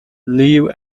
live